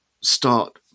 start